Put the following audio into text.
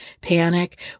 panic